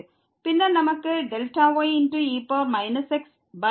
பின்னர் நமக்கு ye xy வேண்டும்